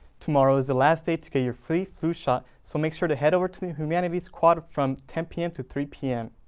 tomorrow is the last day to get your free flu shot so make sure to head over to the humanities quad from ten p m. to three p m.